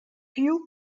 fuel